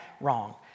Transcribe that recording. wrong